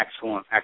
excellent